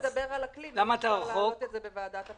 צריך לדבר על הכלי, להעלות את זה בוועדת הקורונה.